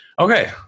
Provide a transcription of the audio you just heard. Okay